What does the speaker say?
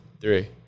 three